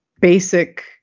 basic